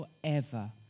forever